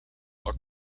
are